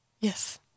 yes